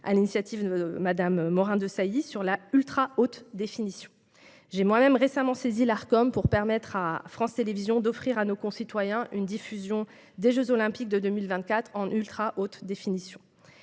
l'initiative de Mme Morin-Desailly, sur l'ultra-haute définition. J'ai moi-même récemment saisi l'Arcom pour permettre à France Télévisions d'offrir à nos concitoyens une diffusion des jeux Olympiques de 2024 en ultra-haute définition.